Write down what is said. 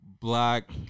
black